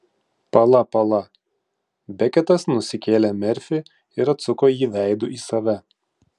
pala pala beketas nusikėlė merfį ir atsuko jį veidu į save